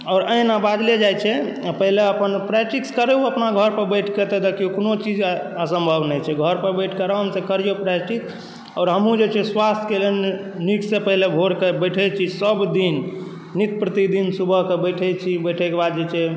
आओर एहिना बाजले जाइ छै पहिले अपन प्रैक्टिस करूँ अपना घर पर बैठिक तऽ देखियौ कोनो चीज असम्भब नहि छै घर पर बैठिक आरामसँ करियौ प्रैक्टिस आओरो हमहुँ लेकिन स्वास्थ्यक नीकसँ पहिने भोरक बैठै छी सभ दिन नित प्रतिदिन सुबहकऽ बैठै छी बैठयके बाद जे छै